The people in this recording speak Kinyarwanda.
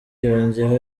yongeyeko